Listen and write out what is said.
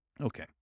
Okay